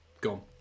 gone